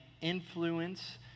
influence